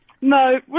No